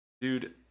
Dude